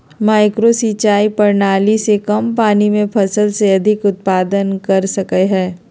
micro सिंचाई प्रणाली से कम पानी में फसल के अधिक उत्पादन कर सकय हइ